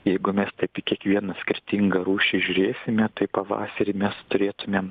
jeigu mes taip į kiekvieną skirtingą rūšį žiūrėsime tai pavasarį mes turėtumėm